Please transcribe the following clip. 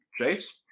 Jace